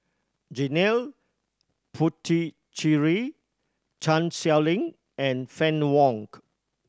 Janil Puthucheary Chan Sow Lin and Fann Wong